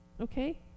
okay